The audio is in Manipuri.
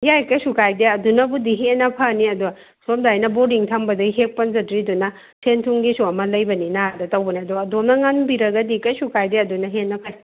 ꯌꯥꯏ ꯀꯩꯁꯨ ꯀꯥꯏꯗꯦ ꯑꯗꯨꯅꯕꯨꯗꯤ ꯍꯦꯟꯅ ꯐꯅꯤ ꯑꯗꯣ ꯁꯣꯝꯗ ꯑꯩꯅ ꯕꯣꯔꯗꯤꯡ ꯊꯝꯕꯅꯤꯅ ꯍꯦꯛ ꯄꯟꯖꯗ꯭ꯔꯤꯗꯨꯅ ꯁꯦꯟ ꯊꯨꯝꯒꯤꯁꯨ ꯑꯃ ꯂꯩꯕꯅꯤꯅ ꯑꯗ ꯇꯧꯕꯅꯦ ꯑꯗꯣ ꯑꯗꯣꯝꯅ ꯉꯝꯕꯤꯔꯒꯗꯤ ꯀꯩꯁꯨ ꯀꯥꯏꯗꯦ ꯑꯗꯨꯅ ꯍꯦꯟꯅ ꯐꯩ